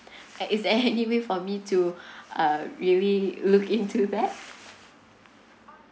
and is there any way for me to uh really look into that